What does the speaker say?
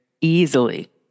easily